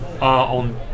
on –